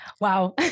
Wow